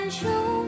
show